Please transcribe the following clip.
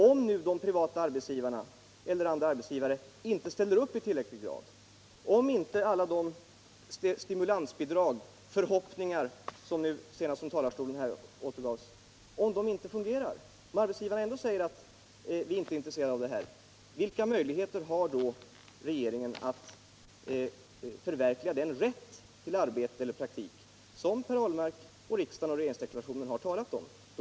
Om nu de privata arbetsgivarna eller andra arbetsgivare inte ställer upp i tillräcklig grad och om förhoppningarna om alla de stimulansbidrag som nu senast återgavs från talarstolen här inte infrias utan arbetsgivarna ändå säger att vi är inte intresserade av detta, vilka möjligheter har då regeringen att förverkliga den rätt till arbete eller praktik som Per Ahl mark har pläderat för och som riksdagen och regeringsdeklarationen har uttalat sig för?